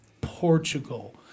Portugal